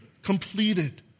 Completed